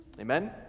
Amen